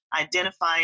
identify